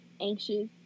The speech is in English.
anxious